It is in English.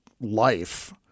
life